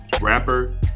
rapper